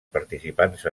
participants